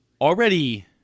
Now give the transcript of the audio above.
already